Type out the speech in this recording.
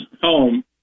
home